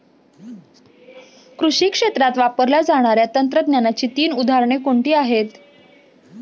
कृषी क्षेत्रात वापरल्या जाणाऱ्या तंत्रज्ञानाची तीन उदाहरणे कोणती आहेत?